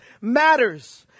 matters